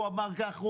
הוא אמר כך,